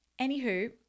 Anywho